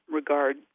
regard